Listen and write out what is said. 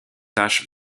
taches